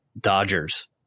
dodgers